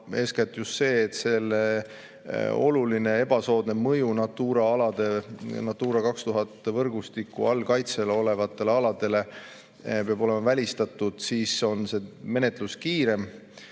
eeskätt just see, et selle oluline ebasoodne mõju Natura 2000 võrgustiku kaitse all olevatele aladele peab olema välistatud, siis on see menetlus kiirem.